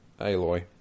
Aloy